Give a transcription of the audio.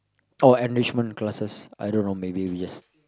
or enrichment classes I don't know maybe yes